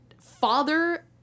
father